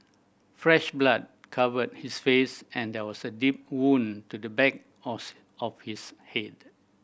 fresh blood covered his face and there was a deep wound to the back of his head